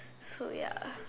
so ya